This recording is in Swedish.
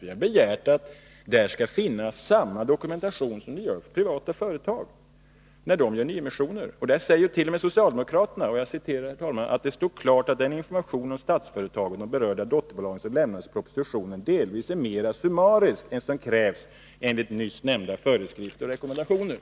Vi har begärt att där skall finnas samma dokumentation som för privata företag när de gör nyemissioner. Och här säger också socialdemokraterna: ”Det står klart att den information om Statsföretag och de berörda dotterbolagen som lämnas i propositionen delvis är mera summarisk än den som krävs enligt de nyssnämnda föreskrifterna och rekommendationerna.”